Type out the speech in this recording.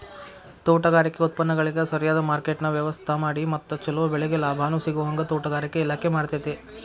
ತೋಟಗಾರಿಕೆ ಉತ್ಪನ್ನಗಳಿಗ ಸರಿಯದ ಮಾರ್ಕೆಟ್ನ ವ್ಯವಸ್ಥಾಮಾಡಿ ಮತ್ತ ಚೊಲೊ ಬೆಳಿಗೆ ಲಾಭಾನೂ ಸಿಗೋಹಂಗ ತೋಟಗಾರಿಕೆ ಇಲಾಖೆ ಮಾಡ್ತೆತಿ